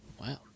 Wow